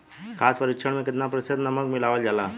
खाद्य परिक्षण में केतना प्रतिशत नमक मिलावल जाला?